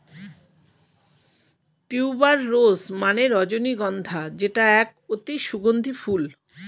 tuber rose মানে রজনীগন্ধা যেটা এক অতি সুগন্ধি ফুল